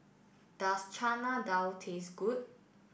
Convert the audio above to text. does Chana Dal taste good